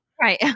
Right